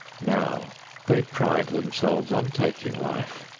now they pride themselves on taking life.